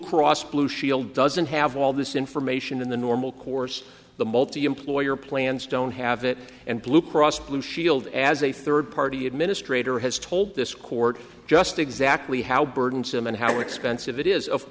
cross blue shield doesn't have all this information in the normal course the multiemployer plans don't have it and blue cross blue shield as a third party administrator has told this court just exactly how burdensome and how expensive it is of